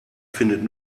findet